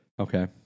okay